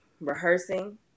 rehearsing